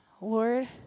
Lord